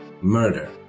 murder